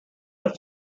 the